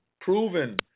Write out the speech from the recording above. proven